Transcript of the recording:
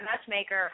matchmaker